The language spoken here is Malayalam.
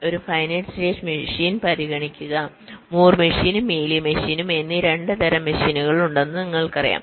ഒരു ഫൈനൈറ്റ് സ്റ്റേറ്റ് മെഷീൻ പരിഗണിക്കുക മൂർ മെഷീനും മീലി മെഷീനും എന്നീ 2 തരം മെഷീനുകൾ ഉണ്ടെന്ന് നിങ്ങൾക്കറിയാം